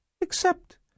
Except